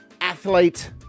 Athlete